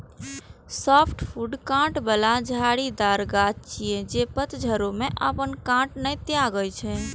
softwood कांट बला झाड़ीदार गाछ छियै, जे पतझड़ो मे अपन कांट नै त्यागै छै